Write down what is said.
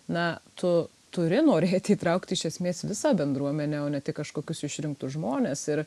na tu turi norėti įtraukti iš esmės visą bendruomenę o ne tik kažkokius išrinktus žmones ir